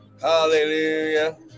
Hallelujah